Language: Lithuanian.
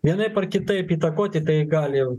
vienaip ar kitaip įtakoti tai gali